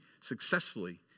successfully